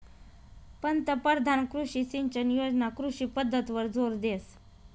पंतपरधान कृषी सिंचन योजना कृषी पद्धतवर जोर देस